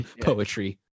poetry